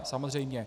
Samozřejmě.